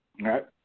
right